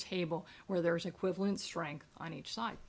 table where there is equivalent strength on each side